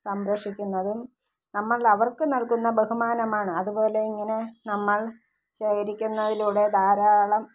സംരക്ഷിക്കുന്നതും നമ്മൾ അവർക്ക് നൽകുന്ന ബഹുമാനമാണ് അതുപോലെ ഇങ്ങനെ നമ്മൾ ശേഖരിക്കുന്നതിലൂടെ ധാരാളം